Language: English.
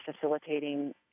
facilitating